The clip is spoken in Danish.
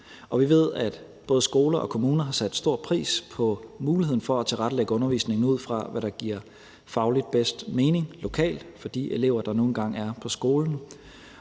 vi ved, at både skoler og kommuner har sat stor pris på muligheden for at tilrettelægge undervisningen, ud fra hvad der giver fagligt bedst mening lokalt for de elever, der nu engang er på skolen,